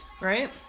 right